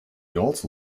also